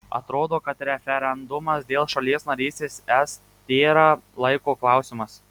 atrodo kad referendumas dėl šalies narystės es tėra laiko klausimas